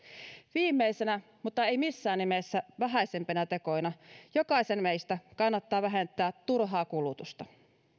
viimeisenä mutta ei missään nimessä vähäisimpänä tekona jokaisen meistä kannattaa vähentää turhaa kulutusta